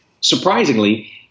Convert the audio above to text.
surprisingly